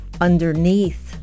underneath